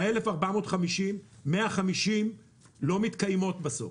מה-1,450 150 לא מתקיימות בסוף,